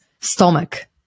stomach